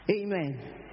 Amen